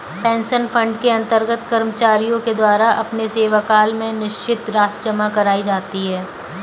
pension fund के अंतर्गत कर्मचारियों के द्वारा अपने सेवाकाल में निश्चित राशि जमा कराई जाती है